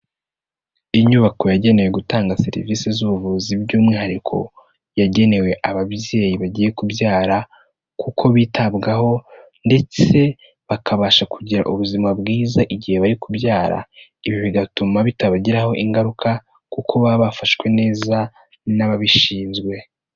Inyubako yagenewe gutanga serivisi z'ubuvuzi by'umwihariko, yagenewe ababyeyi bagiye kubyara kuko bitabwaho ndetse bakabasha kugira ubuzima bwiza igihe bari kubyara, ibi bigatuma bitabagiraho ingaruka kuko baba bafashwe neza n'ababishinzwe.